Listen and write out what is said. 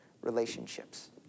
relationships